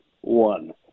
one